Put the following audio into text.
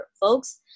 folks